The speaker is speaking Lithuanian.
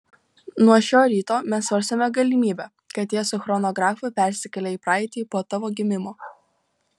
nuo šio ryto mes svarstome galimybę kad jie su chronografu persikėlė į praeitį po tavo gimimo